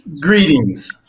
Greetings